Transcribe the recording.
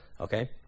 Okay